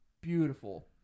beautiful